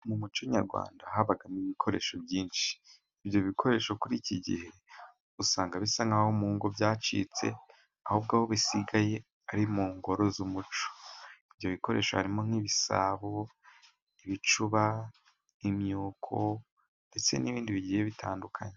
Mu muco Nyarwanda habagamo ibikoresho byinshi ibyo bikoresho kuri iki gihe usanga bisa nk'aho mu ngo byacitse ahubwo aho bisigaye ari mu ngoro z'umuco. Ibyo bikoresho harimo nk'ibisabo, ibicuba, imyuko ndetse n'ibindi bigiye bitandukanye.